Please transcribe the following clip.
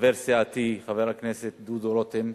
חבר סיעתי חבר הכנסת דודו רותם,